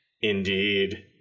Indeed